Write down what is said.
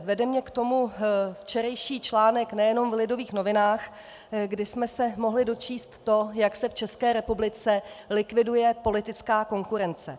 Vede mě k tomu včerejší článek nejenom v Lidových novinách, kde jsme se mohli dočíst, jak se v České republice likviduje politická konkurence.